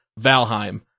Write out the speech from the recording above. Valheim